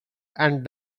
and